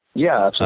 yeah.